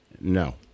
No